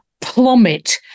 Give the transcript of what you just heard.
plummet